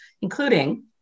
including